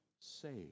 saved